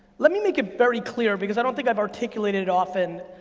let me make it very clear, because i don't think i've articulated often,